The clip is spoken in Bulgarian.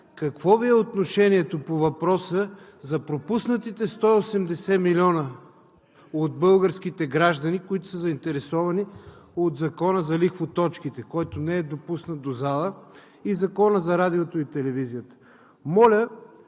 Какво Ви е отношението по въпроса за пропуснатите 180 милиона от българските граждани, които са заинтересовани от Закона за лихвоточките, който не е допуснат до залата, и Закона за радиото и телевизията? Моля,